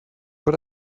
but